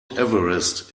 everest